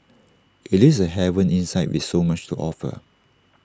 IT is A haven inside with so much to offer